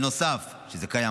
שזה קיים,